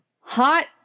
Hot